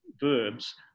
verbs